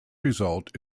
result